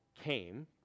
came